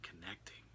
connecting